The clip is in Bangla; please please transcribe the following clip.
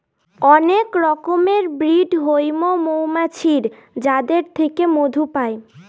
অনেক রকমের ব্রিড হৈমু মৌমাছির যাদের থেকে মধু পাই